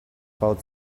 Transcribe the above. about